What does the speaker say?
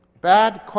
Bad